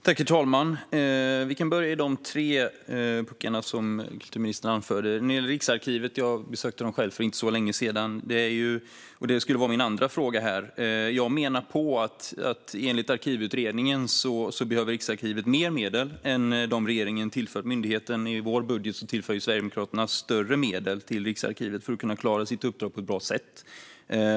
Herr talman! Vi kan börja med de tre punkter som ministern anförde. Jag besökte själv Riksarkivet för inte så länge sedan. Enligt Arkivutredningen behöver Riksarkivet mer medel än de som regeringen tillfört myndigheten. I vår budget tillför vi ju större medel till Riksarkivet för att man ska kunna klara sitt uppdrag på ett bra sätt.